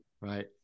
right